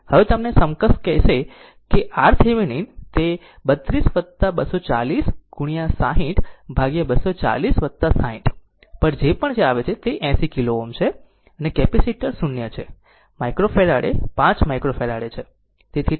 હવે તેમનું સમકક્ષ હશે કે RThevenin તે 32 240 ગુણ્યા 60 ભાગ્યા 240 60 પર જે પણ આવે તે 80 કિલો Ω છે અને કેપેસિટર 0 છે માઇક્રોફેરાડે 5 માઇક્રોફેરાડે છે